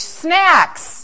snacks